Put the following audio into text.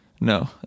No